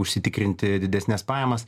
užsitikrinti didesnes pajamas